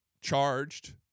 charged